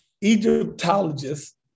Egyptologists